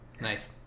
nice